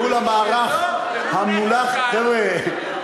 ניהול המהלך, חבר'ה,